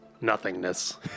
nothingness